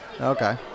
Okay